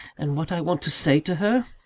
and what i want to say to her?